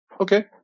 Okay